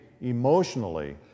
emotionally